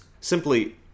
simply